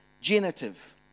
genitive